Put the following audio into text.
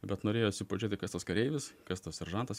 bet norėjosi pažiūrėti kas tas kareivis kas tas seržantas